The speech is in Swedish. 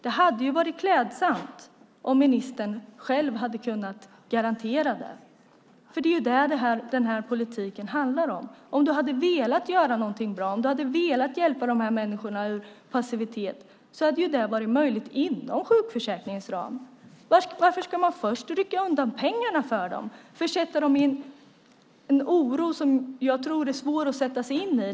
Det hade varit klädsamt om ministern själv hade kunnat garantera detta, för det är ju det den här politiken handlar om. Om ministern hade velat göra någonting bra och hjälpa de här människorna ur passivitet så hade det varit möjligt inom sjukförsäkringens ram. Varför ska man först rycka undan pengarna för dem och försätta dem i en oro som jag tror är svår att sätta sig in i?